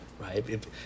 right